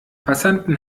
passanten